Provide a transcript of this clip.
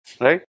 Right